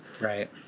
Right